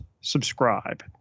Subscribe